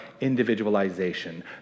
individualization